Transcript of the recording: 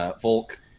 Volk